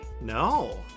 no